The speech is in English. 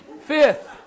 Fifth